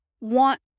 want